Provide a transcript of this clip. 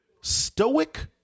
Stoic